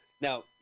Now